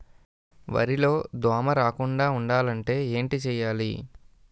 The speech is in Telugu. వరిలో దోమ రాకుండ ఉండాలంటే ఏంటి చేయాలి?